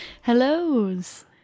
hellos